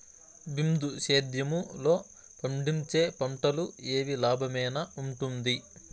బిందు సేద్యము లో పండించే పంటలు ఏవి లాభమేనా వుంటుంది?